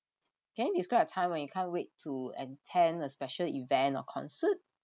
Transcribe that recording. can you describe time when you can't wait to attend a special event or concert